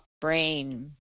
brain